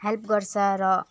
help गर्छ र